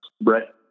Brett